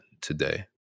today